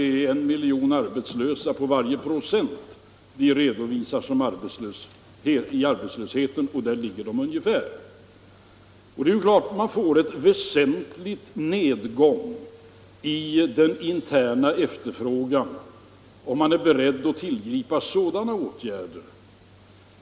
Varje procents arbetslöshet innebär ungefär en miljon arbetslösa. Det är klart att man får en väsentlig nedgång i den interna efterfrågan om man är beredd att tolerera arbetslöshet.